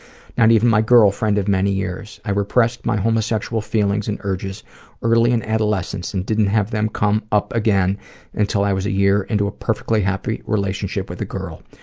not even my girlfriend of many years. i repressed my homosexual feelings and urges early in adolescence and didn't have them come up again until i was a year into a perfectly happy relationship with a girl.